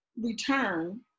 return